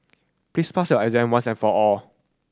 please pass your exam once and for all